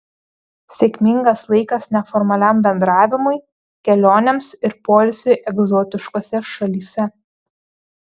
sėkmingas laikas neformaliam bendravimui kelionėms ir poilsiui egzotiškose šalyse